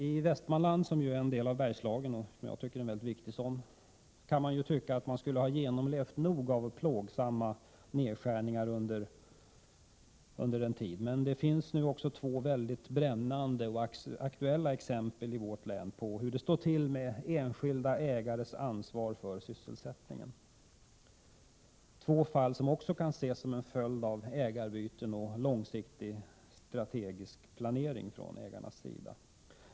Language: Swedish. I Västmanland, som är en del av Bergslagen och, som jag tycker, en väldigt viktig sådan, kan det tyckas att man har genomlevt nog av plågsamma nedskärningar under en tid, men det finns nu också två väldigt brännande och aktuella exempel i vårt län på hur det står till med enskilda ägares ansvar för sysselsättningen. Det är två fall som också kan ses som en följd av ägarbyten och långsiktig strategisk planering från ägarnas sida.